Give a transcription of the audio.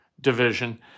division